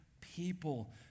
people